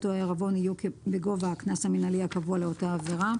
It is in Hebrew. והעירבון יהיו בגובה הקנס המינהלי הקבוע לאותה עבירה.